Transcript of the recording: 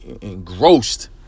engrossed